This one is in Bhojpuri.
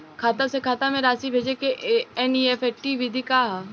खाता से खाता में राशि भेजे के एन.ई.एफ.टी विधि का ह?